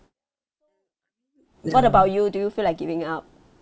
what about you do you feel like giving up